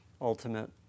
ultimate